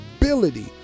ability